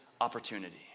opportunity